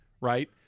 right